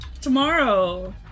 tomorrow